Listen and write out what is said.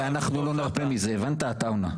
ואנחנו לא נרפה מזה, הבנת עטאונה?